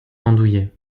andouillé